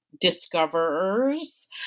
discoverers